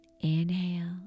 Inhale